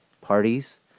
parties